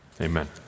amen